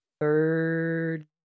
third